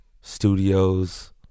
Studios